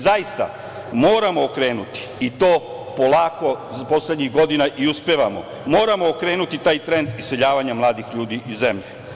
Zaista moramo okrenuti i to polako poslednjih godina i uspevamo, taj trend iseljavanja mladih ljudi iz zemlje.